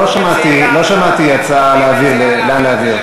לא שמעתי הצעה לאן להעביר.